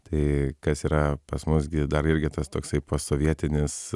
tai kas yra pas mus gi dar irgi tas toksai posovietinis